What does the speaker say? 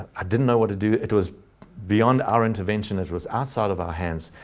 i didn't know what to do. it was beyond our intervention that was outside of our hands,